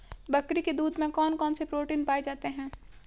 बकरी के दूध में कौन कौनसे प्रोटीन पाए जाते हैं?